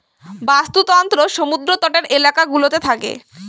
বাস্তুতন্ত্র সমুদ্র তটের এলাকা গুলোতে থাকে